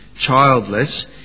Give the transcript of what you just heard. childless